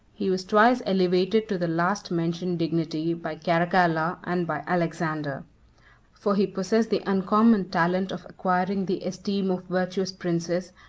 he was twice elevated to the last-mentioned dignity, by caracalla and by alexander for he possessed the uncommon talent of acquiring the esteem of virtuous princes,